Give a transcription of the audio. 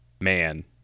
man